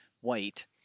white